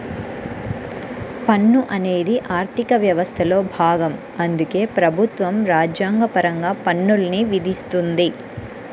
పన్ను అనేది ఆర్థిక వ్యవస్థలో భాగం అందుకే ప్రభుత్వం రాజ్యాంగపరంగా పన్నుల్ని విధిస్తుంది